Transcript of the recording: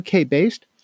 UK-based